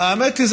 האמת היא,